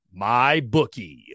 MyBookie